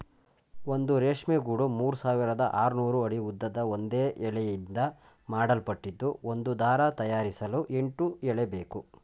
ಒಂದು ರೇಷ್ಮೆ ಗೂಡು ಮೂರ್ಸಾವಿರದ ಆರ್ನೂರು ಅಡಿ ಉದ್ದದ ಒಂದೇ ಎಳೆಯಿಂದ ಮಾಡಲ್ಪಟ್ಟಿದ್ದು ಒಂದು ದಾರ ತಯಾರಿಸಲು ಎಂಟು ಎಳೆಬೇಕು